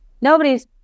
Nobody's